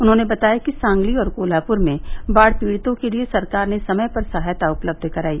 उन्होंने बताया कि सांगली और कोल्हापुर में बाढ़ पीड़ितों के लिए सरकार ने समय पर सहायता उपलब्ध कराई